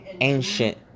ancient